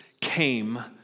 came